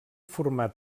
format